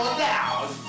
down